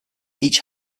each